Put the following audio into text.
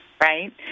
right